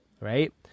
right